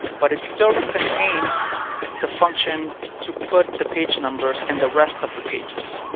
but it still contains the function to put the page numbers in the rest of the pages.